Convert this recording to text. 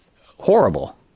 horrible